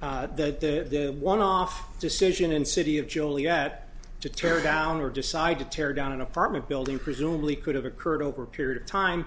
that the one off decision in city of joliet to tear down or decide to tear down an apartment building presumably could have occurred over a period of time